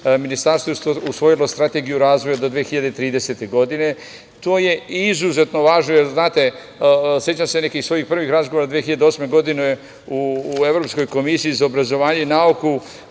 Ministarstvo je usvojilo Strategiju razvoja do 2030. godine. To je izuzetno važno jer, znate, sećam se nekih svojih prvih razgovora 2008. godine u Evropskoj komisiji za obrazovanje i nauku